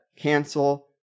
cancel